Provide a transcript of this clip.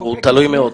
הוא תלוי מאוד.